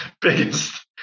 Biggest